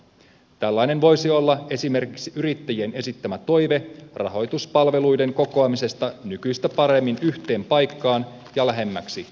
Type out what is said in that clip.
tällainen voisi olla esimerkiksi yrittäjien esittämä toive rahoituspalveluiden kokoamisesta nykyistä paremmin yhteen paikkaan ja lähemmäksi asiakkaita